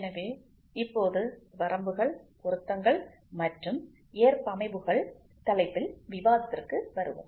எனவே இப்போது வரம்புகள் பொருத்தங்கள் மற்றும் ஏற்பமைவுகள் தலைப்பில் விவாதத்திற்கு வருவோம்